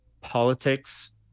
politics